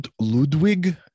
ludwig